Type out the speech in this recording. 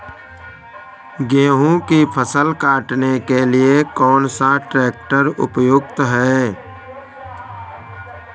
गेहूँ की फसल काटने के लिए कौन सा ट्रैक्टर उपयुक्त है?